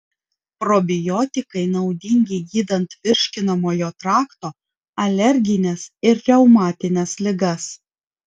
probiotikai naudingi gydant virškinamojo trakto alergines ir reumatines ligas